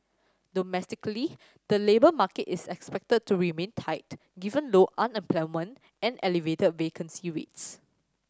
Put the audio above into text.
domestically the labour market is expected to remain tight given low unemployment and elevated vacancy rates